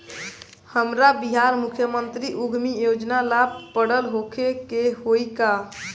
हमरा बिहार मुख्यमंत्री उद्यमी योजना ला पढ़ल होखे के होई का?